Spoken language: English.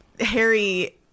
Harry